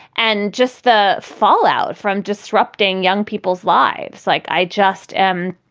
and just the fallout from disrupting young people's lives. like, i just am